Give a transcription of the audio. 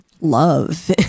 love